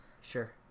Sure